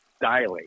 dilate